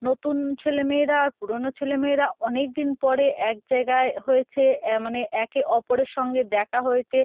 নতুন ছেলে মেয়েরা আর পুরোনো ছেলে মেয়েরা অনেক দিন পরে এক জায়গায় হয়েছে এ মানে একে অপরের সঙ্গে দেখা হয়েছে